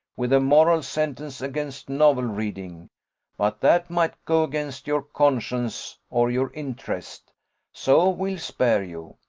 with a moral sentence against novel reading but that might go against your conscience, or your interest so we'll spare you.